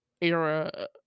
era